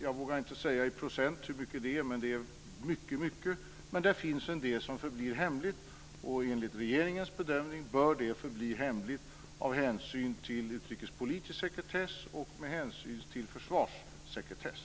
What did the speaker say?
Jag vågar inte säga i procent hur mycket vi har offentliggjort, men det är mycket. Men det finns en del som förblir hemligt. Enligt regeringens bedömning bör det förbli hemligt av hänsyn till utrikespolitisk sekretess och försvarssekretess.